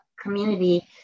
community